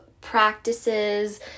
practices